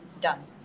done